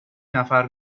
نفر